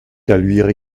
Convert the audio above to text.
caluire